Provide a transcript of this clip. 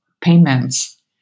payments